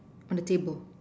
on the table